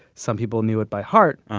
some people knew it by heart.